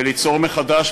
וליצור מחדש,